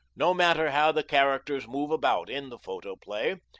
no matter how the characters move about in the photoplay,